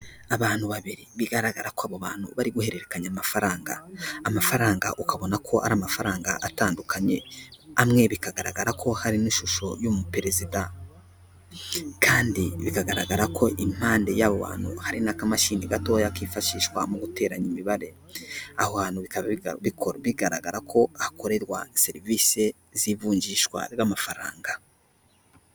Abantu babiri bigaragara ko abo bantu bari guhererekanya amafaranga, amafaranga ukabona ko ari amafaranga atandukanye, amwe bikagaragara ko hari n'ishusho y'umuperezida kandi bigaragara ko impande y'abo bantu hari n'akamashini gatoya kifashishwa mu guteranya imibare, aho hantu bita bigaragara ko hakorerwa serivisi z'ivunjishwa ry'amafaranga.